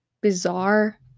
bizarre